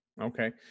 Okay